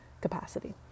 capacity